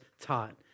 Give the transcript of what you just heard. taught